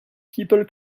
people